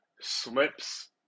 slips